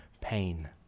pain